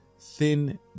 thin